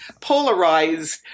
polarized